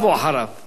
לא משנה.